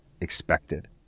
expected